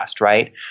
right